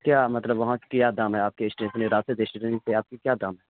کیا مطلب وہاں کیا دام ہے آپ کے اسٹیشنری راشد اسٹیشنری پہ آپ کی کیا دام ہے